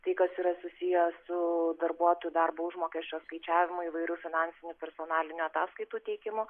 tai kas yra susiję su darbuotojų darbo užmokesčio skaičiavimu įvairių finansinių personalinių ataskaitų teikimu